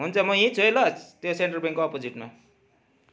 हुन्छ म यहीँ छु है ल त्यही सेन्ट्रल ब्याङ्कको अपोजिटमा